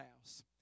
house